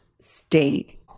state